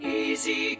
easy